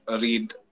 read